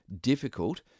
difficult